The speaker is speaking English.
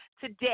today